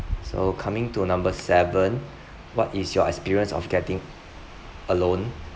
so coming to number seven what is your experience of getting a loan